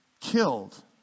killed